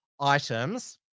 items